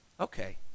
okay